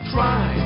Try